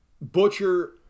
Butcher